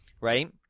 Right